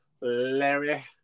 Larry